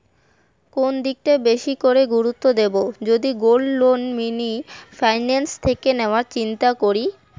কোন দিকটা বেশি করে গুরুত্ব দেব যদি গোল্ড লোন মিনি ফাইন্যান্স থেকে নেওয়ার চিন্তা করি?